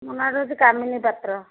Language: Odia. ମୋ ନାଁ ହେଉଛି କାମିନୀ ପାତ୍ର